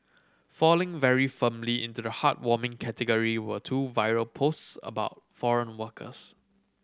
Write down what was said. falling very firmly into the heartwarming category were two viral posts about foreign workers